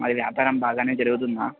మరి వ్యాపారం బాగానే జరుగుతుందా